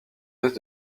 est